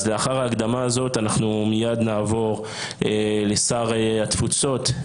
לאחר ההקדמה הזאת אנחנו מייד נעבור לשר התפוצות,